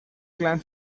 clan